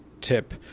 tip